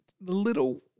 little